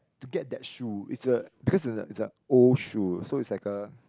to get that shoe is a because is a is a old shoe so it's like a